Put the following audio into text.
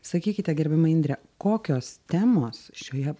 sakykite gerbiama indre kokios temos šioje